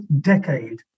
decade